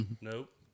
Nope